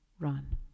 run